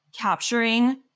capturing